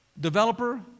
developer